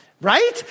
right